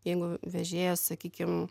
jeigu vežėjas sakykim